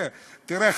תראה,